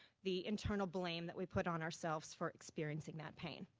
the internal blame that we put on ourselves for experiencing that pain.